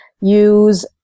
Use